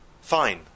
Fine